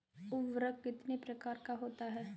उर्वरक कितने प्रकार का होता है?